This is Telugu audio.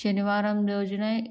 శనివారం రోజు